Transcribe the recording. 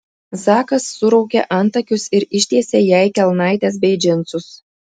zakas suraukė antakius ir ištiesė jai kelnaites bei džinsus